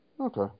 okay